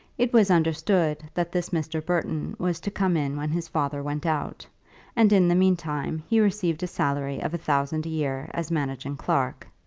it was understood that this mr. burton was to come in when his father went out and in the meantime he received a salary of a thousand a year as managing clerk.